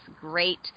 great